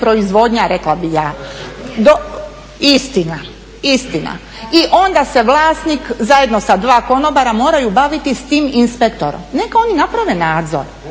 razumije./ … Istina, istina, i onda se vlasnik zajedno sa dva konobara moraju baviti s tim inspektorom. Neka oni naprave nadzor,